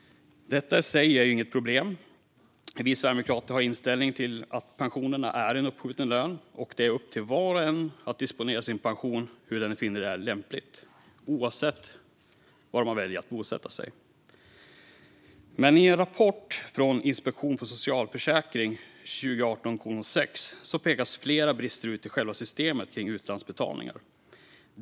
Detta är i sig inget problem. Vi sverigedemokrater har inställningen att pensionen är en uppskjuten lön och att det är upp till var och en att disponera sin pension som man finner det lämpligt, oavsett var man väljer att bosätta sig. I en rapport från Inspektionen för socialförsäkringen, 2018:6, pekas dock flera brister ut i själva systemet kring utlandsbetalningar.